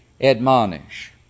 admonish